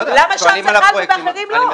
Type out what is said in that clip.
למה שם זה חל ובאחרים לא?